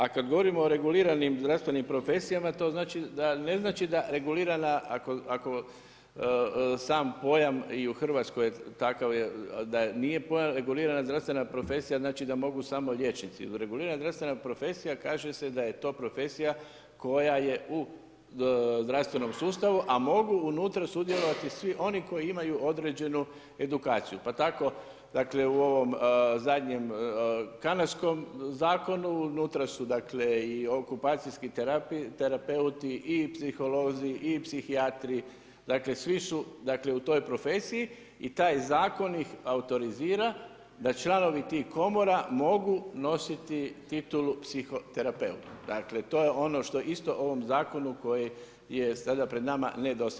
A kada govorimo o reguliranim zdravstvenim profesijama to znači da, ne znači da regulirana ako sam pojam i u Hrvatskoj je takav da nije pojam regulirana zdravstvena profesija, znači da mogu samo liječnici, regulirana zdravstvena profesija kaže se da je to profesija koja je u zdravstvenom sustavu a mogu unutra sudjelovati svi oni koji imaju određenu edukaciju pa tako dakle u ovom zadnjem kanadskom zakonu, unutra su dakle i okupacijski terapeuti i psiholozi i psihijatri, dakle svi su dakle u toj profesiji i taj zakon ih autorizira da članovi tih komora mogu nositi titulu psihoterapeuta, dakle to je ono što isto ovom zakonu koji je sada pred nama nedostaje.